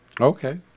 Okay